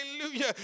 hallelujah